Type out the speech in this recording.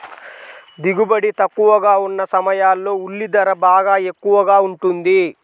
దిగుబడి తక్కువగా ఉన్న సమయాల్లో ఉల్లి ధర బాగా ఎక్కువగా ఉంటుంది